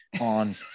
on